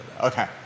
Okay